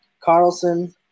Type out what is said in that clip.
Carlson